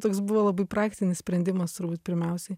toks buvo labai praktinis sprendimas turbūt pirmiausiai